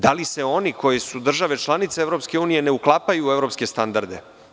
Da li se oni, koje su države članice EU ne uklapaju u evropske standarde?